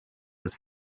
was